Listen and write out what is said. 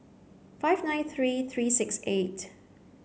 five nine three three six eight